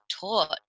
taught